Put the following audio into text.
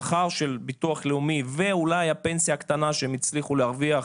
שכר של ביטוח לאומי ואולי הפנסיה הקטנה שהם הצליחו להרוויח,